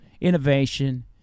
innovation